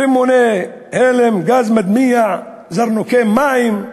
רימוני הלם, גז מדמיע, זרנוקי מים,